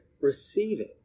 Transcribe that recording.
receiving